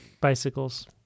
Bicycles